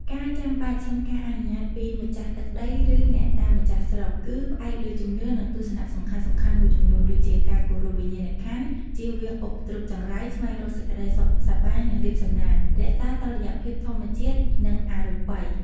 ការចាំបាច់សុំការអនុញ្ញាតពីម្ចាស់ទឹកដី ឬអ្នកតាម្ចាស់ស្រុក គឺផ្អែកលើជំនឿនិងទស្សនៈសំខាន់ៗមួយចំនួនដូចជា ការគោរពវិញ្ញាណក្ខន្ធ ជៀសវាងឧបទ្រពចង្រៃ ស្វែងរកសេចក្តីសុខសប្បាយ និងលាភសំណាង រក្សាតុល្យភាពធម្មជាតិ និងអរូបិយ។